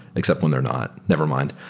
except when they're not. nevermind.